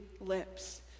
lips